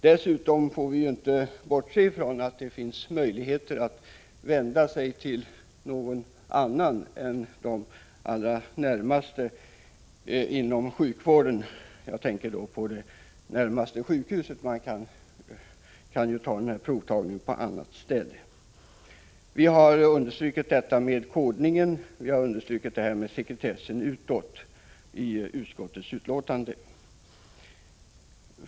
Vi får inte heller bortse från att det är möjligt att vända sig till ett annat sjukhus än det som ligger allra närmast. Provtagningen kan ju göras på ett annat ställe. Vi har i utskottsbetänkandet understrukit detta med kodningen och detta med sekretessen utåt.